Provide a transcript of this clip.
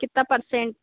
कितना पर्सेन्ट